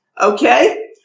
okay